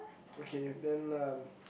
okay then um